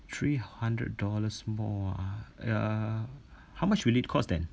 three hundred dollars more uh how much will it cost then